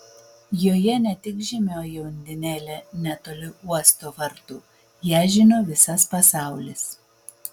joje ne tik žymioji undinėlė netoli uosto vartų ją žino visas pasaulis